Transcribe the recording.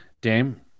Dame